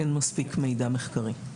אין מספיק מידע מחקרי.